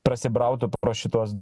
prasibrautų pro šituos